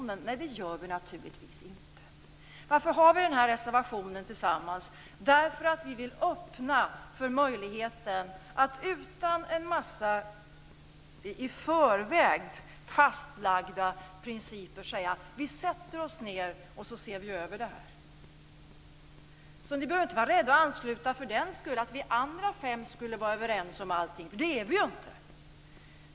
Nej, det gör vi naturligtvis inte. Varför har vi den här reservationen tillsammans? Jo, därför att vi vill öppna för möjligheten att utan en massa i förväg fastlagda principer säga: Vi sätter oss ned och ser över det här. Ni behöver inte vara rädda för att ansluta er för den sakens skull, att vi andra fem skulle vara överens om allting, för det är vi ju inte.